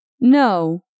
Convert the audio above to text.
No